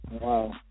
Wow